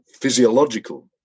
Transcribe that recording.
physiological